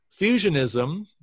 fusionism